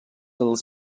els